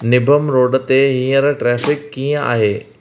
निबम road ते हींअर traffic कीअं आहे